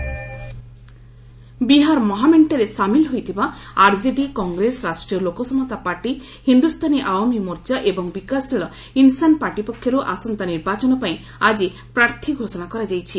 Bihar grand ଆଲାଏନୁ ବିହାର ମହାମେଣ୍ଟରେ ସାମିଲ ହୋଇଥିବା ଆରଜେଡି କଂଗ୍ରେସ ରାଷ୍ଟ୍ରୀୟ ଲୋକସମତା ପାର୍ଟି ହିନ୍ଦୁସ୍ଥାନୀ ଆୱାମ୍ ମୋର୍ଚ୍ଚା ଏବଂ ବିକାଶଶୀଳ ଇନ୍ସାନ ପାର୍ଟି ପକ୍ଷରୁ ଆଜି ଆସନ୍ତା ନିର୍ବାଚନ ପାଇଁ ପ୍ରାର୍ଥୀ ଘୋଷଣା କରିଛି